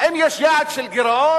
האם יש יעד של גירעון?